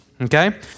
okay